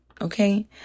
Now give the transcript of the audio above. okay